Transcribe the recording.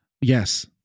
Yes